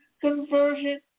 conversion